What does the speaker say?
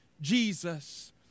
Jesus